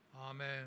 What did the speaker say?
Amen